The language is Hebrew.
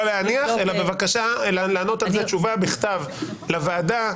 להניח, אלא לענות על זה תשובה בכתב לוועדה.